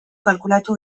kalkulatu